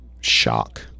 shock